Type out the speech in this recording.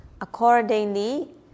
accordingly